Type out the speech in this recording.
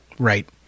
Right